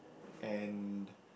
and